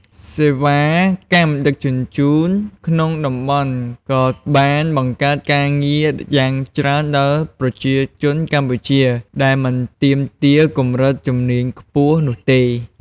សេវាកម្មដឹកជញ្ជូនក្នុងតំបន់ក៏បានបង្កើតការងារយ៉ាងច្រើនដល់ប្រជាជនកម្ពុជា ដែលមិនទាមទារកម្រិតជំនាញខ្ពស់នោះទេ។